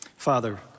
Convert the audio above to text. Father